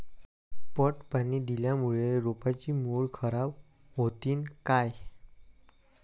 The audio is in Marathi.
पट पाणी दिल्यामूळे रोपाची मुळ खराब होतीन काय?